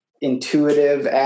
intuitive